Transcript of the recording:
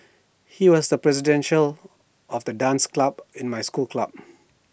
he was the president show of the dance club in my school club